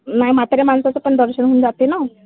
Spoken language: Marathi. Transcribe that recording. नाही म्हाताऱ्या माणसाचं पण दर्शन होऊन जाते ना